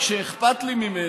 לא רק שאכפת לי ממנו,